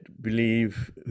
believe